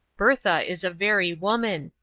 bertha is a very woman.